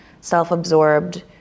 self-absorbed